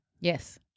Yes